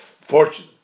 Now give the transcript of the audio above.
fortune